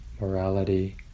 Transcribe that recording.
morality